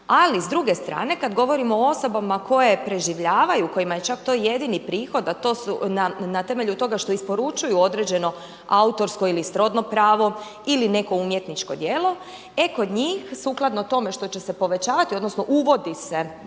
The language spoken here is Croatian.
Ali s druge strane kad govorimo o osobama koje preživljavaju, kojima je čak to jedini prihod a to su na temelju toga što isporučuju određeno autorsko ili srodno pravo ili neko umjetničko djelo. E kod njih, sukladno tome što će se povećavati odnosno uvodi se